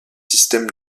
systèmes